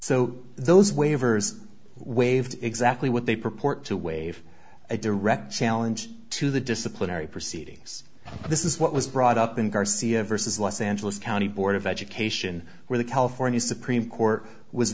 so those waivers waived exactly what they purport to waive a direct challenge to the disciplinary proceedings this is what was brought up in garcia versus los angeles county board of education where the california supreme court w